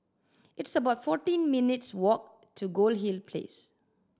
it's about fourteen minutes' walk to Goldhill Place